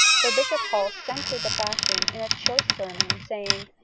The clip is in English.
for bishop hall censured the fashion in a choice sermon, saying,